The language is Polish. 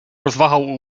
rozwahał